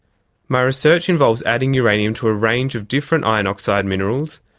my research involves adding uranium to a range of different iron oxide minerals,